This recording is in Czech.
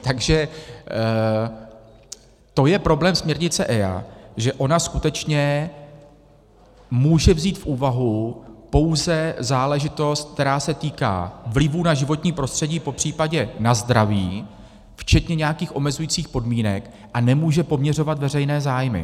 Takže to je problém směrnice EIA, že ona skutečně může vzít v úvahu pouze záležitost, která se týká vlivů na životní prostředí, popřípadě na zdraví, včetně nějakých omezujících podmínek, a nemůže poměřovat veřejné zájmy.